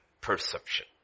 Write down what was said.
perception